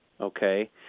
Okay